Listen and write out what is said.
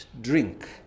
drink